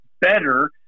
better